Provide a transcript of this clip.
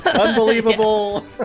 Unbelievable